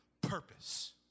purpose